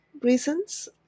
reasons